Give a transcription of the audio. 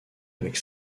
avec